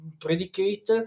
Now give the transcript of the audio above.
predicate